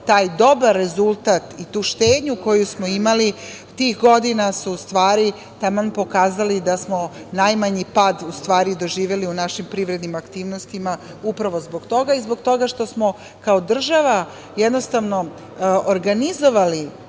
taj dobar rezultat i tu štednju koju smo imali tih godina su, u stvari, taman pokazali da smo najmanji pad doživeli u našim privrednim aktivnostima upravo zbog toga i zbog toga što smo kao država organizovali